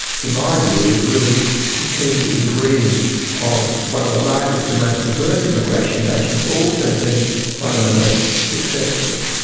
to my view is really the key ingredient of one of the largest and most diverse immigration nations also being one of the most successful.